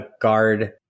guard